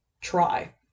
try